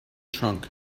trunk